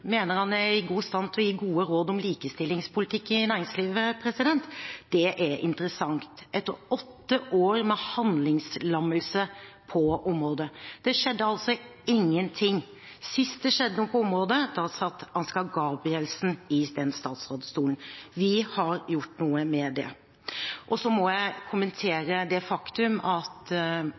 god stand til å gi gode råd om likestillingspolitikk i næringslivet. Det er interessant – etter åtte år med handlingslammelse på området. Det skjedde altså ingenting. Sist det skjedde noe på området, satt Ansgar Gabrielsen i den statsrådstolen. Vi har gjort noe med det. Og så må jeg kommentere det faktum at